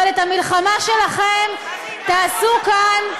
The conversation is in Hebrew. אבל את המלחמה שלכם תעשו כאן.